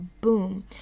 boom